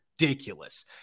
ridiculous